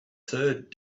third